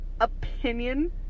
opinion